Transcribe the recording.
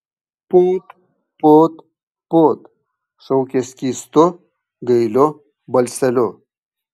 put put put šaukė skystu gailiu balseliu